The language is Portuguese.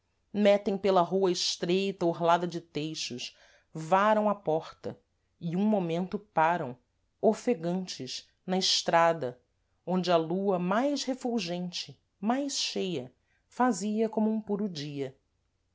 metem pela rua estreita orlada de teixos varam a porta e um momento param ofegantes na estrada onde a lua mais refulgente mais cheia fazia como um puro dia